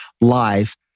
life